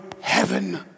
heaven